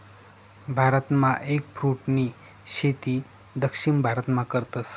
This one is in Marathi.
भारतमा एगफ्रूटनी शेती दक्षिण भारतमा करतस